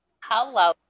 Hello